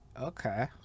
okay